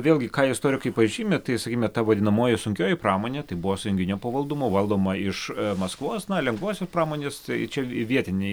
vėlgi ką istorikai pažymi tai sakykime ta vadinamoji sunkioji pramonė tai buvo sąjunginio pavaldumo valdoma iš maskvos na lengvosios pramonės tai čia vie vietiniai